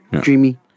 dreamy